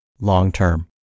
long-term